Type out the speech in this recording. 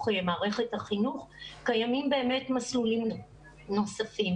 מערכת החינוך קיימים מסלולים נוספים.